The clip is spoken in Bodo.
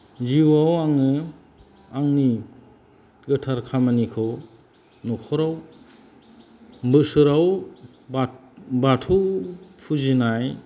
जिउआव आङो आंनि गोथार खामानिखौ नखराव बोसोराव बा बाथौ फुजिनाय